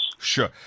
Sure